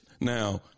Now